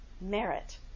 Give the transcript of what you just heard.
Merit